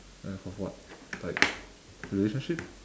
and for what like relationship